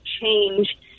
change